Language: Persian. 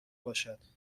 باشد